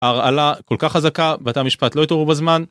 הרעלה כל כך חזקה בתי המשפט לא התעוררו בזמן.